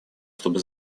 чтобы